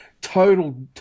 Total